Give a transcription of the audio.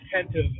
attentive